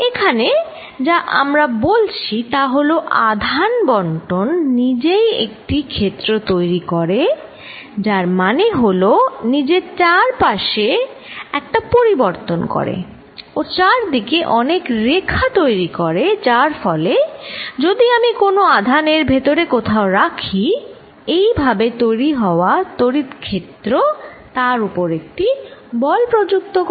এখানে যা আমরা বলছি তা হল আধান বণ্টন নিজেই একটি ক্ষেত্র তৈরি করে যার মানে হল নিজের চার পাশেকিছু একটা পরিবর্তন করে ও চারিদিকে অনেক রেখা তৈরি করে যার ফলে যদি আমি কোন আধান এর ভেতর কোথাও রাখি এই ভাবে তৈরি হওয়া তড়িৎক্ষেত্র তার উপর একটি বল প্রযুক্ত করে